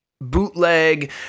bootleg